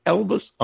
Elvis